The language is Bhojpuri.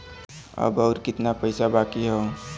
अब अउर कितना पईसा बाकी हव?